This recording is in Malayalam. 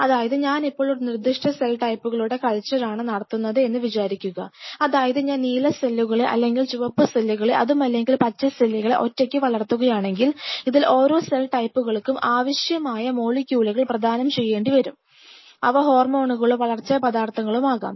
അതായത് ഞാനിപ്പോൾ ഒരു നിർദിഷ്ട സെൽ ടൈപ്പുകളുടെ കൾച്ചർ ആണ് നടത്തുന്നത് എന്ന് വിചാരിക്കുക അതായത് ഞാൻ നീല സെല്ലുകളെ അല്ലെങ്കിൽ ചുവപ്പ് സെല്ലുകളെ അതുമല്ലെങ്കിൽ പച്ച സെല്ലുകളെ ഒറ്റയ്ക്ക് വളർത്തുകയാണെങ്കിൽ ഇതിൽ ഓരോ സെൽ ടൈപ്പുകൾക്കും ആവശ്യമായ മോളിക്യൂളുകൾ പ്രധാനം ചെയ്യേണ്ടിവരും വരും അവ ഹോർമോണുകളോ വളർച്ചാ പദാർത്ഥങ്ങളുമാകാം